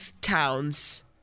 towns